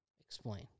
explain